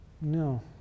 No